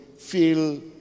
feel